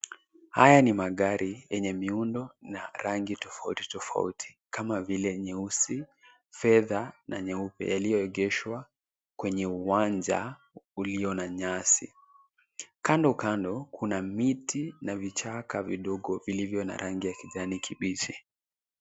Haya ni magari yenye miundo na rangi tofauti tofauti kama vile nyeusi, fedha na nyeupe yaliyoegeshwa kwenye uwanja ulio na nyasi. Kando kando kuna miti na vichaka vidogo vilivyo na rangi ya kijani kibichi.